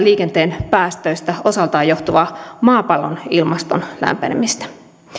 liikenteen päästöistä osaltaan johtuvaa maapallon ilmaston lämpenemistä